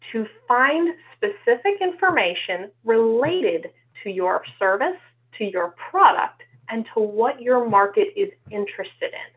to find specific information related to your service, to your product, and to what your market is interested in.